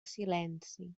silenci